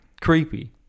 Creepy